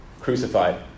crucified